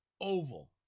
oval